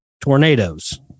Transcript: tornadoes